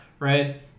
right